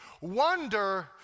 Wonder